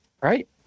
right